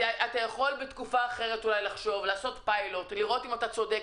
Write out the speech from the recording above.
אתה יכול בתקופה אחרת לעשות פיילוט ולראות אם אתה צודק,